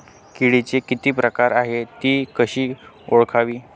किडीचे किती प्रकार आहेत? ति कशी ओळखावी?